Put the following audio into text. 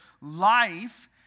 life